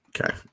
Okay